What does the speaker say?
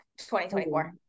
2024